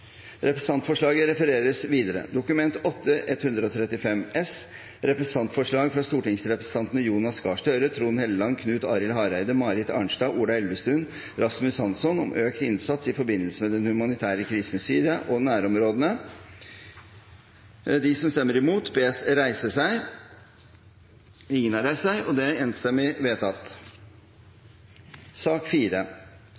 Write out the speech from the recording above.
Representantforslaget lyder: Fremskrittspartiet og Sosialistisk Venstreparti har varslet at de vil stemme imot. Det voteres over følgende forslag: «Dokument 8:135 S – representantforslag fra stortingsrepresentantene Jonas Gahr Støre, Trond Helleland, Knut Arild Hareide, Marit Arnstad, Ola Elvestuen og Rasmus Hansson om økt norsk innsats i forbindelse med den humanitære krisen i Syria og nærområdene – vedlegges protokollen.» Det